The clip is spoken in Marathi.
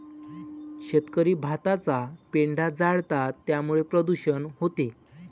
शेतकरी भाताचा पेंढा जाळतात त्यामुळे प्रदूषण होते